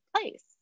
place